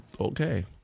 Okay